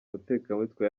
mutekamutwe